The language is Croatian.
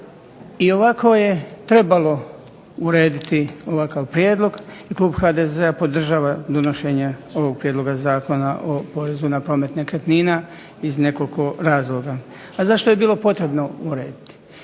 ovako je trebalo urediti ovakav prijedlog i Klub HDZ-a podržava donošenje ovog Prijedloga zakona o porezu na promet nekretnina iz nekoliko razloga. Pa zašto je bilo potrebno urediti?